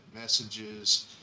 messages